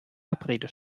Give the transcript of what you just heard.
abrede